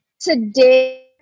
today